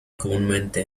comúnmente